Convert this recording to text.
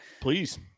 please